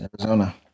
Arizona